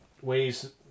ways